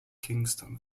kingston